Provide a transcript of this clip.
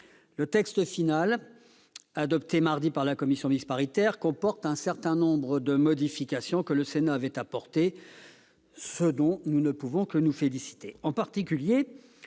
Le texte final adopté mardi dernier par la commission mixte paritaire comporte un certain nombre des modifications que le Sénat avait apportées, ce dont nous ne pouvons que nous féliciter.